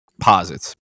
posits